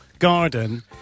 Garden